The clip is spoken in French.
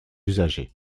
usagers